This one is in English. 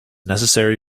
necessary